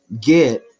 get